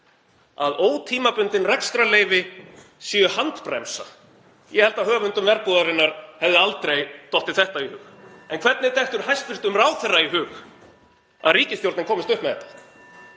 að ótímabundin rekstrarleyfi séu handbremsa. Ég held að höfundum Verbúðarinnar hefði aldrei dottið þetta í hug. (Forseti hringir.) En hvernig dettur hæstv. ráðherra í hug að ríkisstjórnin komist upp með þetta?